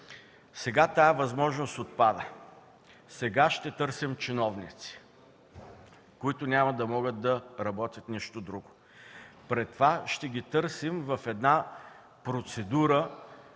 Сега тази възможност отпада – ще търсим чиновници, които няма да могат да работят нищо друго. При това ще ги търсим в една процедура,